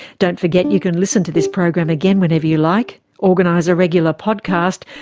don't forget you can listen to this program again whenever you like, organise a regular podcast,